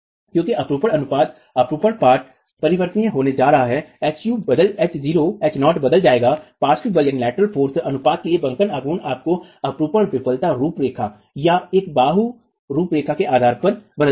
क्योंकि अपरूपण अनुपात में अपरूपण पाट परिवर्तन होने जा रहा है h0 बदल जाएगा पार्श्व बल अनुपात के लिए बंकन आघूर्ण आपके अपरूपण विरूपण रुपरेखा या एक बाहू रुपरेखा के आधार पर बदल जाएगा